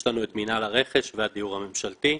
יש לנו את מינהל הרכש והדיור הממשלתי.